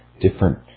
different